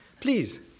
please